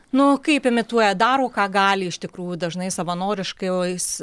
nu kaip imituoja daro ką gali iš tikrųjų dažnai savanoriškais